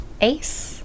Ace